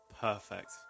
Perfect